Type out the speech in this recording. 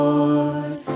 Lord